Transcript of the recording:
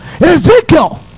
Ezekiel